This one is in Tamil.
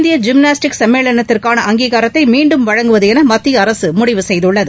இந்திய ஜிம்னாஸ்டிக் சம்மேளனத்துக்கான அங்கீகாரத்தை மீண்டும் வழங்குவதென மத்திய அரசு முடிவு செய்கள்ளது